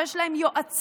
שיש להם יועצים,